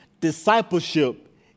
discipleship